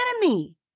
enemy